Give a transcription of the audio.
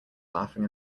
laughing